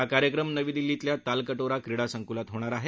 हा कार्यक्रम नवी दिल्लीतल्या तालकटोरा क्रीडा संकूलात होणार आहे